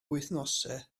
wythnosau